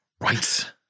Right